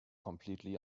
completely